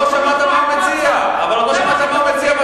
שומעים התשיעית של בטהובן,